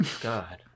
God